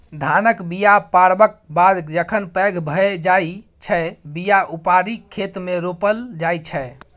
धानक बीया पारबक बाद जखन पैघ भए जाइ छै बीया उपारि खेतमे रोपल जाइ छै